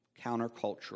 countercultural